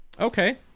Okay